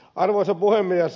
arvoisa puhemies